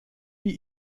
die